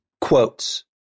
quotes